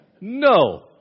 No